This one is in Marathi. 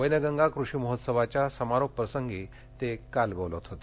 वैनगंगा कृषि महोत्सवाच्या समारोप प्रसंगी ते काल बोलत होते